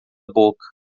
boca